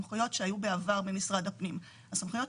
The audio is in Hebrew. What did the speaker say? אני המשנה ליועץ המשפטי במשרד האוצר.